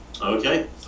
Okay